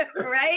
Right